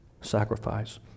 sacrifice